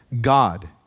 God